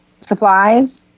supplies